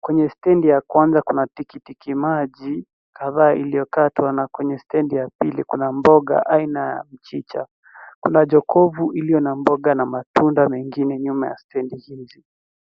Kwenye stendi ya kwanza kuna tikitiki maji kadhaa iliyokatwa na kwenye stendi ya pili kuna mboga aina ya mchicha. Kuna jokovu iliyo na mboga na matunda mengine nyuma ya stendi hizi.